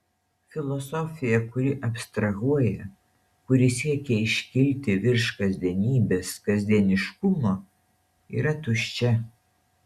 filosofija kuri abstrahuoja kuri siekia iškilti virš kasdienybės kasdieniškumo yra tuščia